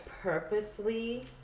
purposely